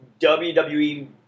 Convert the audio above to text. WWE